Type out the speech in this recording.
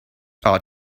are